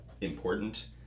important